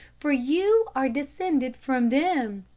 for you are descended from them.